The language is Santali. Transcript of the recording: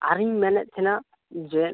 ᱟᱨᱤᱧ ᱢᱮᱱ ᱮᱫ ᱛᱟᱦᱮᱱᱟ ᱡᱮ